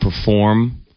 perform